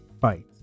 fight